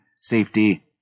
safety